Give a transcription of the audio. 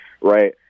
right